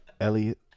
Elliot